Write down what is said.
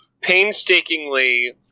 painstakingly